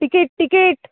ticket ticket